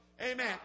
Amen